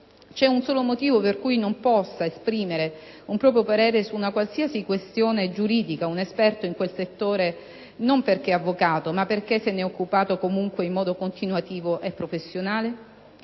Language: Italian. C'è un solo motivo per cui non possa esprimere un proprio parere su una qualsiasi questione giuridica un esperto in quel settore non perché avvocato, ma perché se ne è occupato comunque in modo continuativo e professionale?